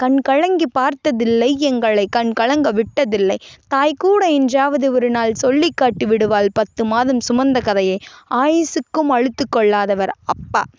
கண் கலங்கி பார்த்ததில்லை எங்களை கண் கலங்க விட்டதில்லை தாய்கூட என்றாவது ஒருநாள் சொல்லிக்காட்டி விடுவாள் பத்துமாதம் சுமந்த கதையை ஆயிசுக்கும் அலுத்துக்கொள்ளாதவர் அப்பா